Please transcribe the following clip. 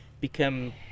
become